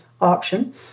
option